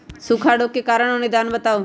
सूखा रोग के कारण और निदान बताऊ?